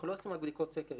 אנחנו לא עושים רק בדיקות סקר.